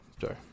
Sorry